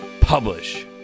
publish